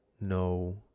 No